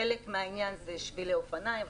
חלק מהעניין זה שבילי אופניים,